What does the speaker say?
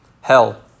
hell